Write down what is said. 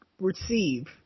receive